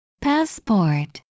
passport